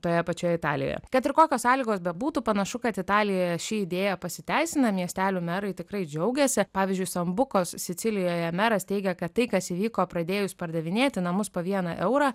toje pačioje italijoje kad ir kokios sąlygos bebūtų panašu kad italijoje ši idėja pasiteisina miestelių merai tikrai džiaugėsi pavyzdžiui sambukos sicilijoje meras teigia kad tai kas įvyko pradėjus pardavinėti namus po vieną eurą